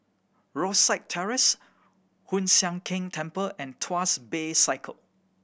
Rosyth Terrace Hoon Sian Keng Temple and Tuas Bay Circle